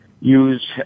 use